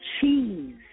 Cheese